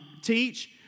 teach